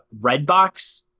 Redbox